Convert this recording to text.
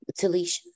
Talisha